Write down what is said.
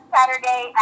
Saturday